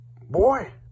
Boy